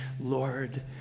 Lord